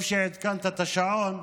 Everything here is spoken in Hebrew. טוב שהתקנת את השעון,